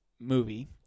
movie